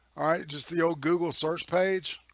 just the old google search page